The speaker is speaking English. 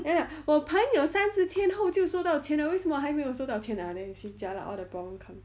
then like 我朋友三十天后就收到钱 liao 为什么我还没有收到钱 ah then you see all the problem come in